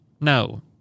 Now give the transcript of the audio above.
No